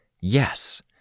Yes